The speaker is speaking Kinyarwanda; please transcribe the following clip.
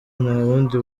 ntawundi